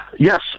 Yes